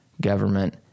government